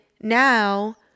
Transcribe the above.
now